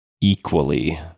equally